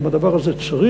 אם את הדבר הזה צריך,